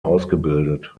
ausgebildet